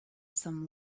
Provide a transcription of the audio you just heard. some